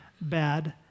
bad